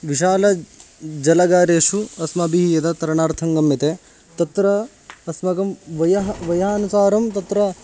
विशालजलागारेषु अस्माभिः यदा तरणार्थं गम्यते तत्र अस्माकं वयः वयोनुसारं तत्र